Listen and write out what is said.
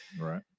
Right